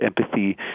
empathy